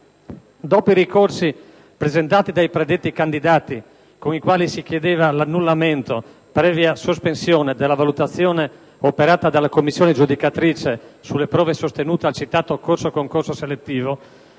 Dopo i ricorsi presentati dai predetti candidati con i quali si chiedeva «l'annullamento, previa sospensione, della valutazione operata dalla commissione giudicatrice sulle prove sostenute al citato corso-concorso selettivo»,